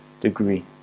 degree